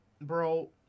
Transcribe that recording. bro